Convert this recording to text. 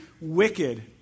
wicked